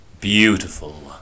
beautiful